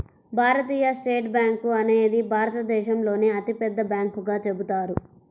భారతీయ state bank అనేది భారతదేశంలోనే అతిపెద్ద బ్యాంకుగా చెబుతారు